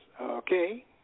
Okay